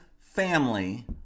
family